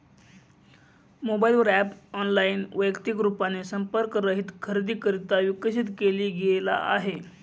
mobile वर app online, वैयक्तिक रूपाने संपर्क रहित खरेदीकरिता विकसित केला गेला आहे